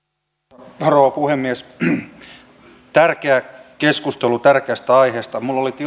arvoisa rouva puhemies tärkeä keskustelu tärkeästä aiheesta minulla